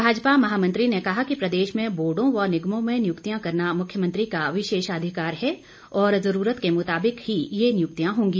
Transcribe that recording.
भाजपा महामंत्री ने कहा कि प्रदेश में बोर्डो व निगमों में नियुक्तियां करना मुख्यमंत्री का विशेषाधिकार है और जरूरत के मुताबिक ही ये नियुक्तियां होंगी